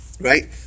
Right